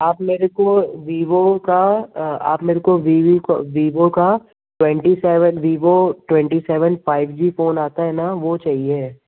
आप मेरे को विवो का आप मेरे को विवि को विवो का twenty seven Vivo twenty seven five G phone आता है ना वह चईए